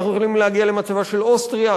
אנחנו יכולים להגיע למצבה של אוסטריה,